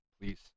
please